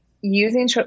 using